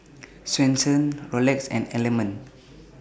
Swensens Rolex and Element